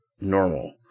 normal